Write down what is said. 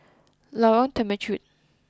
Lorong Temechut